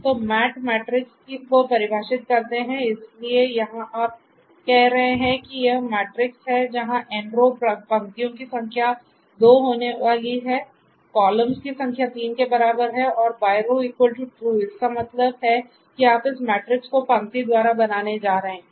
तो Mat matrix को परिभाषित करते हैं इसलिए यहां आप कह रहे हैं कि यह मैट्रिक्स है जहां nrow पंक्तियों की संख्या 2 होने वाली है कॉलम्स की संख्या 3 के बराबर है और byrow TRUE इसका मतलब है कि आप इस मैट्रिक्स को पंक्ति द्वारा बनाने जा रहे हैं